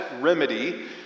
remedy